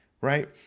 right